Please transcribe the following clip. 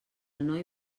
noi